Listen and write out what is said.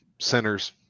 centers